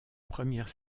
première